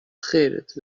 خیرت